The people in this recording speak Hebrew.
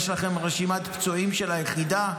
יש לכם רשימת פצועים של היחידה?